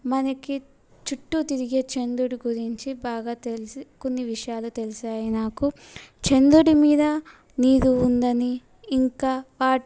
మనకుచుట్టు తిరిగే చంద్రుడి గురించి బాగా తెలిసి కొన్ని విషయాలు తెలిసాయి నాకు చంద్రుడి మీద నీరు ఉందని ఇంకా వాట్